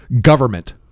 government